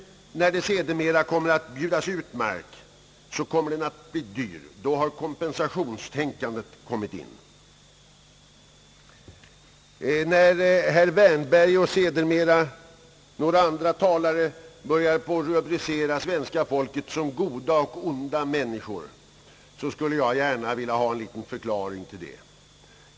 När det sedermera bjuds ut mark blir den dyr, ty då har kompensationstänkandet kommit in i bilden. När herr Wärnberg och sedermera några andra talare delar in svenska folket i goda och onda människor, skulle jag gärna vilja ha en närmare förklaring.